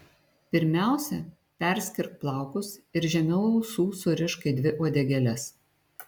pirmiausia perskirk plaukus ir žemiau ausų surišk į dvi uodegėles